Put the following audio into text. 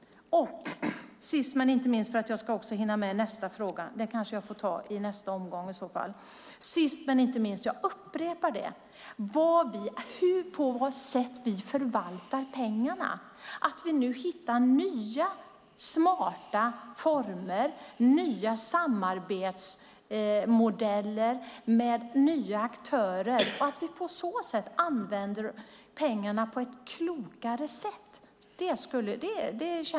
Sist men inte minst viktigt, jag upprepar det, är på vad sätt vi förvaltar pengarna. Vi hittar nya smarta former, nya samarbetsmodeller med nya aktörer och på så sätt använder pengarna på ett klokare sätt.